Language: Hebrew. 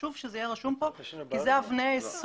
חשוב שזה יהיה רשום כאן כי אלה אבני היסוד.